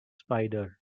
spider